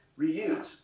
Reuse